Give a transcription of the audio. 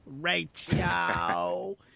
Rachel